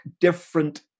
different